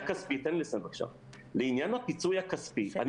לעניין הפיצוי הכספי,